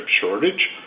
shortage